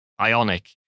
Ionic